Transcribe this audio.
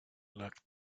luck